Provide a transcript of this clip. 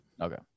Okay